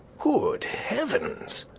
good heavens!